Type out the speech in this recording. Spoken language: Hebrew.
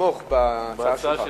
ונתמוך בהצעה שלך.